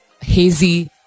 hazy